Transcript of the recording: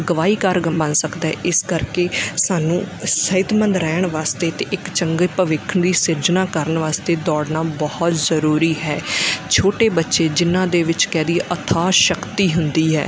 ਗਵਾਹੀ ਕਾਰ ਬਣ ਸਕਦਾ ਇਸ ਕਰਕੇ ਸਾਨੂੰ ਸਿਹਤਮੰਦ ਰਹਿਣ ਵਾਸਤੇ ਅਤੇ ਇੱਕ ਚੰਗੇ ਭਵਿੱਖ ਦੀ ਸਿਰਜਣਾ ਕਰਨ ਵਾਸਤੇ ਦੌੜਨਾ ਬਹੁਤ ਜ਼ਰੂਰੀ ਹੈ ਛੋਟੇ ਬੱਚੇ ਜਿਹਨਾਂ ਦੇ ਵਿੱਚ ਕਹਿ ਦੇਈਏ ਅਥਾਹ ਸ਼ਕਤੀ ਹੁੰਦੀ ਹੈ